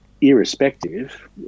Irrespective